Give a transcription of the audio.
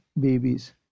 Babies